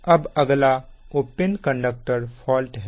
अब अगला open conductor fault है